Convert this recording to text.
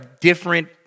different